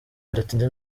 bidatinze